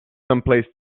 someplace